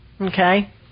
okay